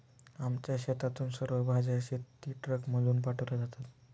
आमच्या शेतातून सर्व भाज्या शेतीट्रकमधून पाठवल्या जातात